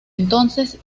entonces